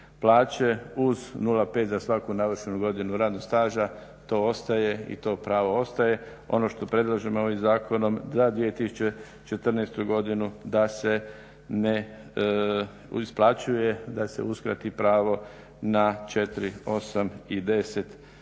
plaće uz nula pet za svaku navršenu godinu radnog staža. To ostaje i to pravo ostaje. Ono što predlažemo ovim zakonom za 2014. godinu da se ne isplaćuje, da se uskrati pravo na 4, 8 i 10 postotnih